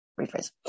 rephrase